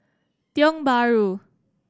Tiong Bahru